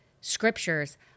scriptures